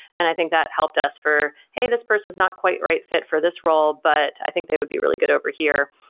and i think that helped us for, hey, this person's not quite right fit for this role, but i think they would be really good over here.